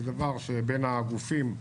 זה דבר שבין הגופים שהוקמו.